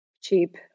Cheap